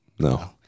No